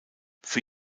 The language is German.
für